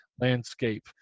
landscape